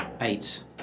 Eight